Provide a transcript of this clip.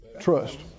Trust